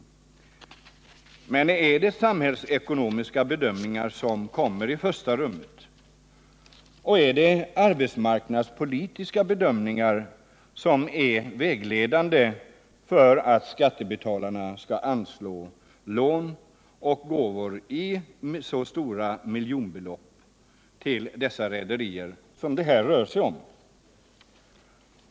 Men är det samhällsekonomiska bedömningar som kommer i första rummet? Är det arbetsmarknadspolitiska bedömningar som är vägledande för att skattebetalarna skall ge lån och gåvor i så stora miljonbelopp till dessa rederier som det här rör sig Nr 53 om?